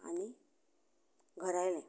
आनी घरा आयलें